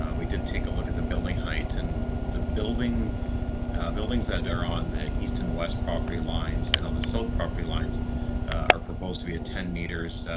we did take a look at the building height and the building buildings that are on the east and west property lines and on the south. property lines are proposed to be a ten meters.